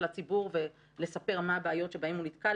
הציבור ולספר מה הבעיות שבהם הוא ניתקל,